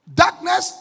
darkness